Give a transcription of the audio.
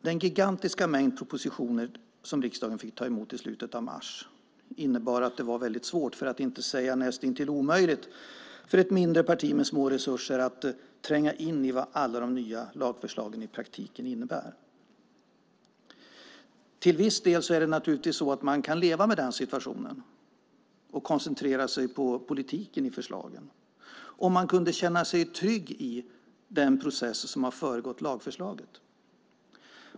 Den gigantiska mängd propositioner som riksdagen fick ta emot i slutet av mars innebar att det var mycket svårt, för att inte säga omöjligt, för ett mindre parti med små resurser att tränga in i vad alla de nya lagförslagen i praktiken innebär. Till viss del skulle man naturligtvis kunna leva med den situationen och koncentrera sig på politiken i förslagen om man kunde känna sig trygg i den process som har föregått lagförslaget.